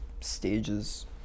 stages